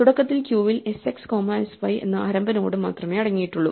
തുടക്കത്തിൽ ക്യൂവിൽ sx comma s y എന്ന ആരംഭ നോഡ് മാത്രമേ അടങ്ങിയിട്ടുള്ളൂ